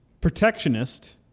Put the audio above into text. protectionist